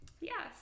Yes